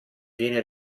viene